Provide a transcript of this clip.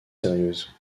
sérieuses